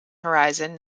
horizon